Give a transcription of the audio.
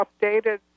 updated